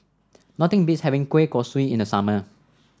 nothing beats having Kueh Kosui in the summer